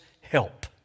help